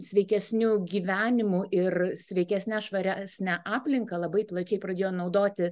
sveikesniu gyvenimu ir sveikesnę švaresnę aplinką labai plačiai pradėjo naudoti